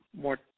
more